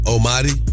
Almighty